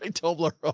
and toblerone. ah